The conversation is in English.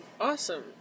Awesome